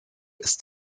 ist